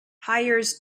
hires